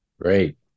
Great